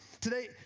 today